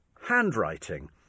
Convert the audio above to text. handwriting